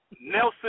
Nelson